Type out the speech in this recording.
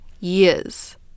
years